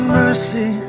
mercy